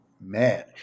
man